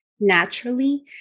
naturally